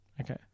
Okay